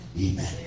Amen